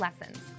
lessons